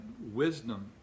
wisdom